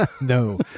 No